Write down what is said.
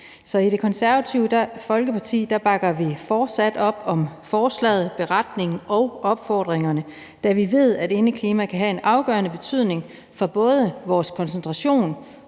Så i Det Konservative Folkeparti bakker vi fortsat op om forslaget, beretningen og opfordringerne, da vi ved, at indeklimaet kan have en afgørende betydning for både vores koncentration